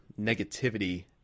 negativity